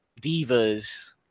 divas